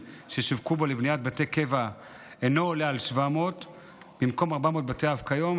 ששווקו בו לבניית בתי קבע אינו עולה על 700. במקום 400 בתי אב כיום,